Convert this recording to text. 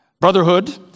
brotherhood